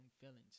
feelings